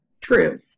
true